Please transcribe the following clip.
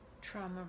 trauma